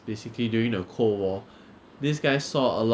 but I still have to rent house here then is like another